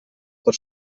per